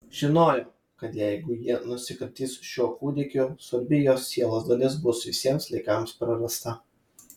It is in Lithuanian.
žinojo kad jeigu ji nusikratys šiuo kūdikiu svarbi jos sielos dalis bus visiems laikams prarasta